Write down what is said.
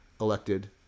elected